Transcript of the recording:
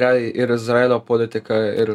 realiai ir izraelio politika ir